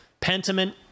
Pentiment